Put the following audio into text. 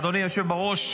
אדוני היושב בראש,